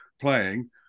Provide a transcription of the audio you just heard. playing